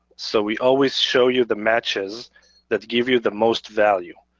so we always show you the matches that give you the most value.